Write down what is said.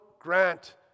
grant